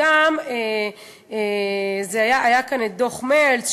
וגם היה דוח מלץ,